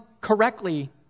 correctly